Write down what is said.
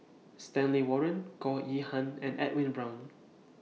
Stanley Warren Goh Yihan and Edwin Brown